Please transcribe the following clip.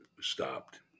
stopped